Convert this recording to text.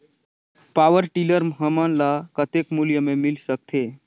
Power tiller हमन ल कतेक मूल्य मे मिल सकथे?